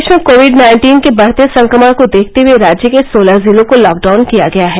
प्रदेश में covid nineteen के बढते संक्रमण को देखते हए राज्य के सोलह जिलों को लॉकडाउन किया गया है